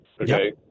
Okay